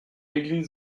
église